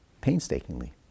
painstakingly